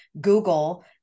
Google